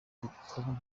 kuko